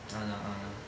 ah lah ah lah